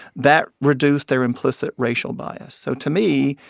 that reduced their implicit racial bias so to me,